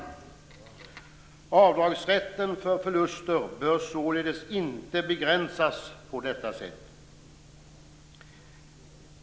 Avdragsrätten för förluster bör således inte begränsas på detta sätt.